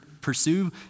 pursue